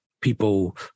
people